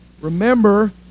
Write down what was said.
Remember